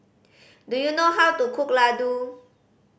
do you know how to cook Ladoo